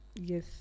Yes